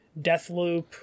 Deathloop